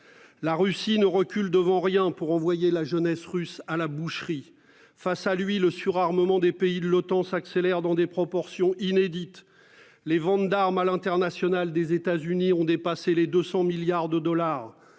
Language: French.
La Russie ne recule devant rien pour envoyer la jeunesse russe à la boucherie. Face à lui le surarmement des pays de l'OTAN s'accélère dans des proportions inédites. Les ventes d'armes à l'international des États-Unis ont dépassé les 200 milliards de dollars